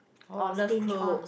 oh I love clothes